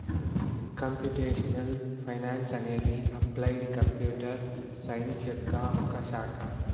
computational finance అనేది applied computer science యొక్క ఒక శాఖ